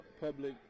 public